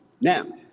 Now